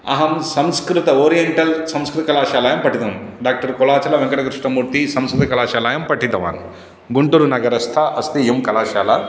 अहं संस्कृत ओरियन्टल् संस्कृतकलाशालायां पठितं डाक्टर् कोलाचलवेङ्कटकृष्णमूर्ति संस्कृतकलाशालायां पठितवान् गुण्टूरुनगरस्था अस्ति इयं कलाशाला